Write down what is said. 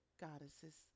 goddesses